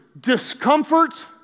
discomfort